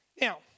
Now